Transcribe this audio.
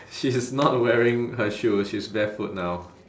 she is not wearing her shoe she's barefoot now